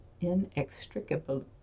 inextricably